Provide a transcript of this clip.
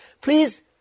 Please